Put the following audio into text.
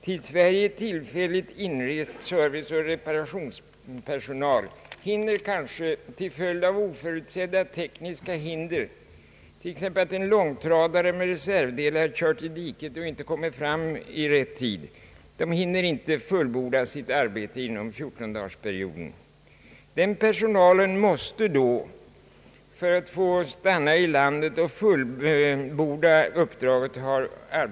I Sverige tillfälligt inrest serviceoch reparationspersonal hinner kanske inte fullborda sitt arbete inom 14-dagarsperioden till följd av oförutsedda tekniska hinder, t.ex. att en långtradare med reservdelar kört i diket och inte kommit fram i rätt tid. Den personalen måste då ha arbetstillstånd för att kunna fullborda uppdraget.